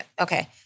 okay